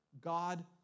God